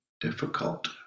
difficult